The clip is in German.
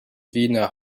wiener